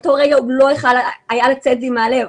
מאותו רגע הוא לא יכול היה לצאת לי מהלב,